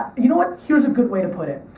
you know what? here's a good way to put it.